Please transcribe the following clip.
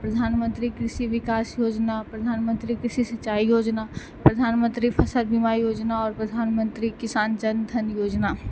प्रधानमंत्री कृषि विकास योजना प्रधानमंत्री कृषि सिंचाइ योजना प्रधानमंत्री फसल बिमा योजना और प्रधानमंत्री किसान जन धन योजना